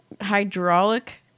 hydraulic